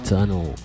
Tunnel